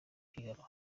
piganwa